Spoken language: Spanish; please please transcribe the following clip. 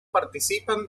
participan